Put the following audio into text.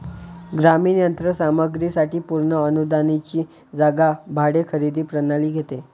ग्रामीण यंत्र सामग्री साठी पूर्ण अनुदानाची जागा भाडे खरेदी प्रणाली घेते